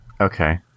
Okay